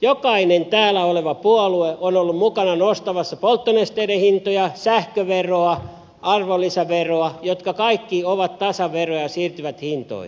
jokainen täällä oleva puolue on ollut mukana nostamassa polttonesteiden hintoja sähköveroa arvonlisäveroa jotka kaikki ovat tasaveroja ja siirtyvät hintoihin